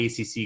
ACC